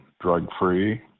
drug-free